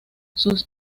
sus